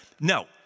no